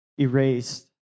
erased